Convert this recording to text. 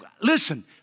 Listen